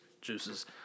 juices